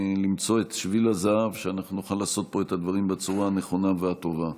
למצוא את שביל הזהב שנוכל לעשות פה את הדברים בצורה הנכונה והטובה.